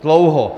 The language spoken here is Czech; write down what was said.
Dlouho.